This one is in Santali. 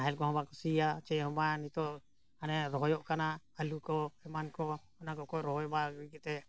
ᱱᱟᱦᱮᱞ ᱠᱚᱦᱚᱸ ᱵᱟᱠᱚ ᱥᱤᱭᱟ ᱪᱮᱫᱦᱚᱸ ᱵᱟᱝ ᱱᱤᱛᱳᱜ ᱦᱟᱱᱮ ᱨᱚᱦᱚᱭᱚᱜ ᱠᱟᱱᱟ ᱟᱹᱞᱩ ᱠᱚ ᱮᱢᱟᱱ ᱠᱚ ᱚᱱᱟ ᱠᱚᱠᱚ ᱨᱚᱦᱚᱭᱼᱢᱟ ᱤᱭᱟᱹ ᱠᱟᱛᱮᱫ